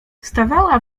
stawała